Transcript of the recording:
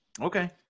Okay